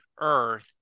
earth